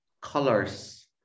colors